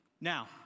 now